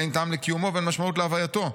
אין טעם לקיומו ואין משמעות להווייתו.